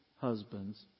husbands